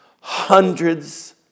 hundreds